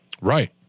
Right